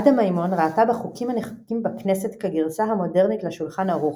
עדה מימון ראתה בחוקים הנחקקים בכנסת כגרסה המודרנית ל"שולחן ערוך".